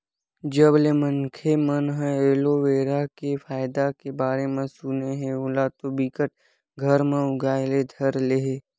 जब ले मनखे मन ह एलोवेरा के फायदा के बारे म सुने हे ओला तो बिकट घर म उगाय ले धर ले हे